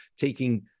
taking